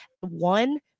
one